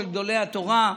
של גדולי התורה.